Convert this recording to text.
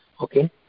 Okay